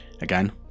again